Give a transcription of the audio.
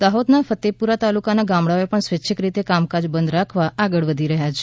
દાહોદના ફતેપુરા તાલુકાના ગામડાઓ પણ સ્વચ્છિક રીતે કામકાજ બંધ રાખવા આગળ વધી રહ્યા છે